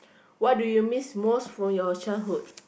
what do you miss most from your childhood